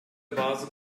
bazı